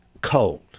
cold